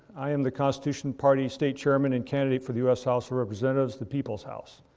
i am the constitution party state chairman and candidate for the u s. house of representatives, the people's house.